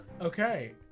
okay